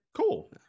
Cool